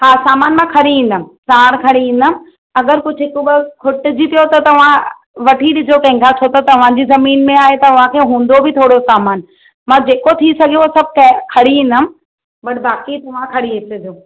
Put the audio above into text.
हा सामान मां खणी ईंदमि साण खणी ईंदमि अगरि कुझु हिकु ॿ खुटिजी पियो त तव्हां वठी ॾिजो कंहिंखां छो त तव्हांजी ज़मीन में आहे तव्हांखे हूंदो बि थोरो सामान मां जेको थी सघे उहो सभु खणी ईंदमि बट बाक़ी तव्हां खणी अचजो